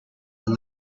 from